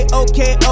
okay